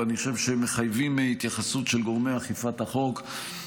ואני חושב שהם מחייבים התייחסות של גורמי אכיפת החוק.